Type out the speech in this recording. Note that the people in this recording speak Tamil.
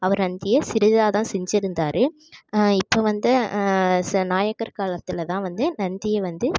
அவர் நந்தியை சிறிதாகதான் செஞ்சுருந்தாரு இப்போ வந்து ச நாயக்கர் காலத்தில்தான் வந்து நந்தியை வந்து